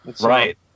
Right